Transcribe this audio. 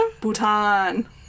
Bhutan